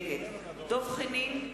נגד דב חנין,